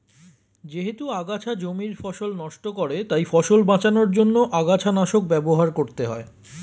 যেহেতু আগাছা জমির ফসল নষ্ট করে তাই ফসল বাঁচানোর জন্য আগাছানাশক ব্যবহার করতে হয়